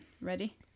Ready